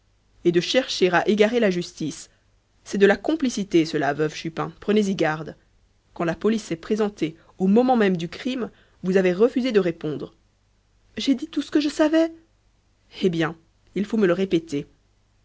et de chercher à égarer la justice c'est de la complicité cela veuve chupin prenez-y garde quand la police s'est présentée au moment même du crime vous avez refusé de répondre j'ai dit tout ce que je savais eh bien il faut me le répéter